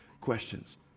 questions